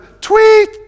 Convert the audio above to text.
tweet